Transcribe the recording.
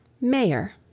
MAYOR